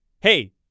hey